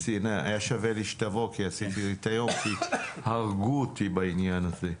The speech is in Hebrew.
היה שווה לי שתבוא כי עשית לי את היום כי הרגו אותי בעניין הזה.